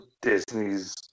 Disney's